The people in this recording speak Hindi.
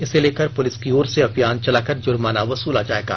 इसे लेकर पुलिस की ओर से अभियान चलाकर जुर्माना वसुला जायेगा